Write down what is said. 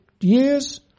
years